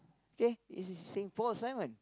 K it is saying Paul-Simon